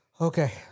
okay